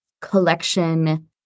collection